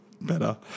better